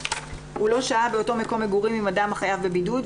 הוא לא שהה באותו מקום מגורים עם אדם החייב בבידוד,